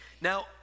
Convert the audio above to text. Now